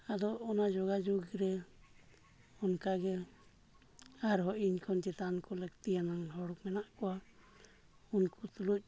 ᱟᱫᱚ ᱚᱱᱟ ᱡᱳᱜᱟᱡᱳᱜᱽ ᱨᱮ ᱚᱱᱠᱟᱜᱮ ᱟᱨᱦᱚᱸ ᱤᱧ ᱠᱷᱚᱱ ᱪᱮᱛᱟᱱ ᱠᱚ ᱞᱟᱹᱠᱛᱤᱭᱟᱱᱟᱜ ᱦᱚᱲ ᱢᱮᱱᱟᱜ ᱠᱚᱣᱟ ᱩᱱᱠᱩ ᱛᱩᱞᱩᱡ